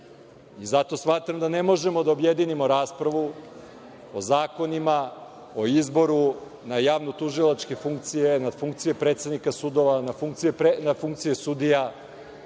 Zato smatram da ne možemo da objedinimo raspravu o zakonima, o izboru na javnotužilačke funkcije, na funkcije predsednika sudova, na funkcije sudija,